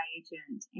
agent